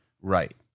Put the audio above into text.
right